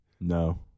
No